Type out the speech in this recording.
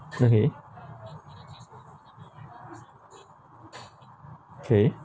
okay okay